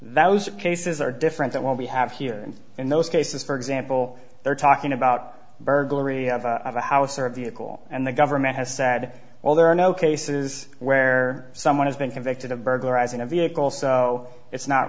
the cases are different than what we have here and in those cases for example they're talking about burglary of a house or a vehicle and the government has said well there are no cases where someone has been convicted of burglarizing a vehicle so it's not